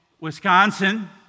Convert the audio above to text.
Wisconsin